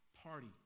party